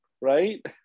right